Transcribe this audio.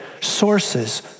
sources